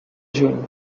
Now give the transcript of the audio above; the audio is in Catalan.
juny